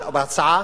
בהצעה,